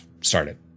started